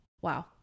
Wow